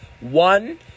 one